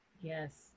Yes